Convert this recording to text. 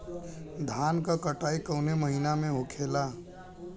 धान क कटाई कवने महीना में होखेला?